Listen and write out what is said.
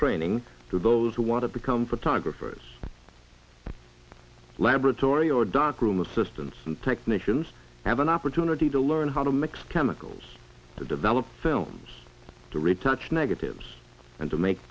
training to those who want to become photographers laboratory or darkroom assistants and technicians have an opportunity to learn how to mix chemicals to develop films to retouch negatives and to make